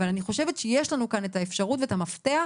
אבל אני חושבת שיש לנו כאן את האפשרות ואת המפתח.